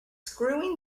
screwing